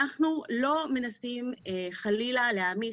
אנחנו לא מנסים חלילה להעמיס,